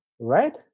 right